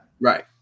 Right